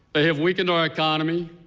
they have weakened our economy,